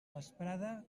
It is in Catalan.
vesprada